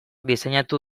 diseinatu